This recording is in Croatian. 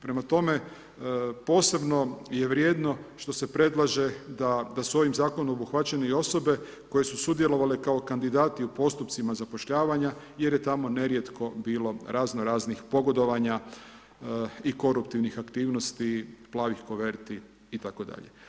Prema tome posebno je vrijedno što se predlaže da su ovim zakonom obuhvaćene i osobe koje su sudjelovale kao kandidati u postupcima zapošljavanja jer je tamo nerijetko bilo razno raznih pogodovanja i koruptivnih aktivnosti, plavih kuverti itd.